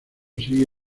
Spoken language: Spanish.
sigue